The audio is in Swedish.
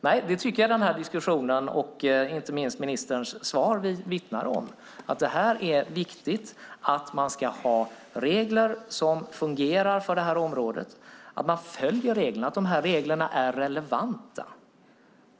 Nej, det tycker jag att denna diskussion och inte minst ministerns svar vittnar om. Det vittnar om att man ska ha regler som fungerar för detta område, att man följer reglerna och att dessa regler är relevanta.